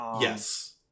Yes